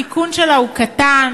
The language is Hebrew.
התיקון שלה קטן,